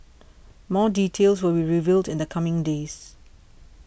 more details will be revealed in the coming days